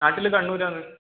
നാട്ടിൽ കണ്ണൂരാണ്